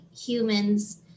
humans